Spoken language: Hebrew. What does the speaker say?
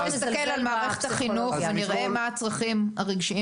אמרתי: בואו נסתכל על מערכת החינוך ונראה מה הצרכים הרגשיים